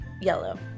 Yellow